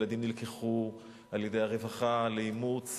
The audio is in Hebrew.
הילדים נלקחו על-ידי הרווחה לאימוץ,